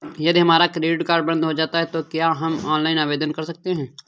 यदि हमारा credit card बंद हो जाता है तो क्या हम ऑनलाइन आवेदन कर सकते हैं?